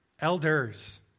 elders